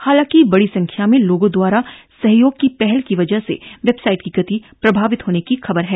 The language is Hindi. हालांकि बड़ी संख्या में लोगों द्वारा सहयोग की पहल की वजह से वेबसाइट की गति प्रभावित होने की खबर है